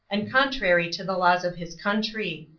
and contrary to the laws of his country.